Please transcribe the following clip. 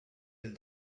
del